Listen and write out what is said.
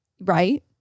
Right